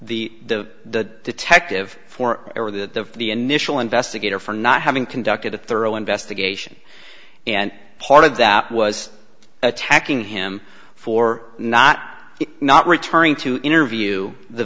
attacking the the detective for the the initial investigator for not having conducted a thorough investigation and part of that was attacking him for not not returning to interview the